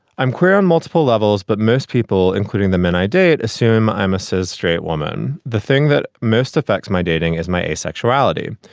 i'm queer on multiple levels, but most people, including the men i date, assume i'm a straight woman. the thing that most affects my dating is my asexuality.